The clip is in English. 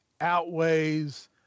outweighs